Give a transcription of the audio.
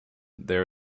there